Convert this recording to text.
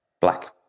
black